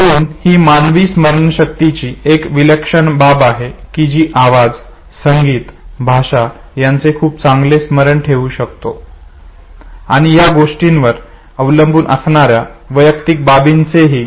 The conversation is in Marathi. म्हणून ही मानवी स्मरणशक्तीची एक विलक्षण बाब आहे की आवाज संगीत भाषा याचे खूप चांगले स्मरण ठेवू शकतो आणि या गोष्टींवर अवलंबून असणाऱ्या वैयक्तिक बाबींचेही